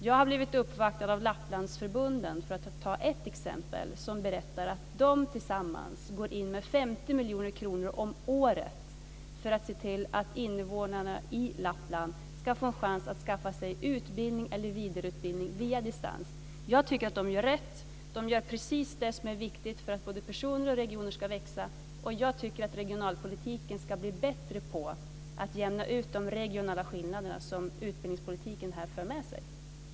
Jag har blivit uppvaktad av Lapplandsförbunden - för att ta ett exempel - som berättar att de tillsammans går in med 50 miljoner kronor om året för att se till att invånarna i Lappland ska få chans att skaffa sig utbildning eller vidareutbildning via distans. Jag tycker att de gör rätt. De gör precis det som är viktigt för att både personer och regioner ska växa. Jag tycker att man inom regionalpolitiken ska bli bättre på att jämna ut de regionala skillnader som utbildningspolitiken i det här fallet för med sig.